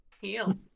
Heal